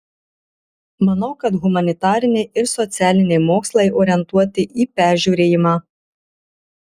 manau kad humanitariniai ir socialiniai mokslai orientuoti į peržiūrėjimą